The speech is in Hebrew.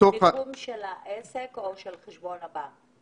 מיקום העסק, או מיקום חשבון הבנק?